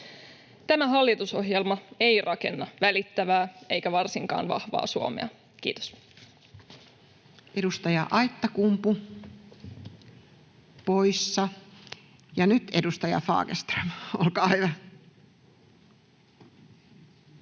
Tämä hallitusohjelma ei rakenna välittävää eikä varsinkaan vahvaa Suomea. — Kiitos. Edustaja Aittakumpu poissa. — Nyt edustaja Fagerström, olkaa hyvä.